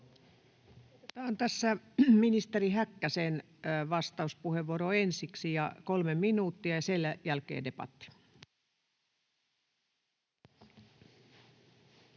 Otetaan tässä ministeri Häkkäsen vastauspuheenvuoro ensiksi, kolme minuuttia, ja sen jälkeen debatti.